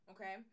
Okay